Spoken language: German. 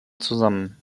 zusammen